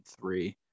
three